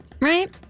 right